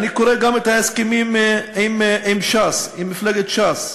אני קורא גם את ההסכמים עם ש"ס, עם מפלגת ש"ס: